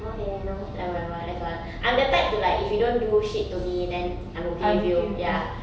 okay you know like whatever let go I'm the type to like if you don't do shit to me then I'm okay with you ya